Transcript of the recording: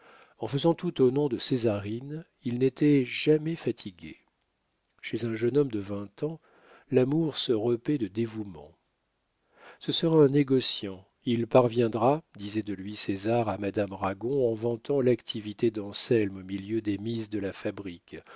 en faisant tout au nom de césarine il n'était jamais fatigué chez un jeune homme de vingt ans l'amour se repaît de dévouement ce sera un négociant il parviendra disait de lui césar à madame ragon en vantant l'activité d'anselme au milieu des mises de la fabrique